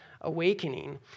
awakening